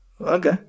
Okay